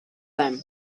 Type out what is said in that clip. them